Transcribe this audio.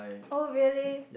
oh really